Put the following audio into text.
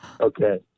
Okay